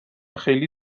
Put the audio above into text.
خیلی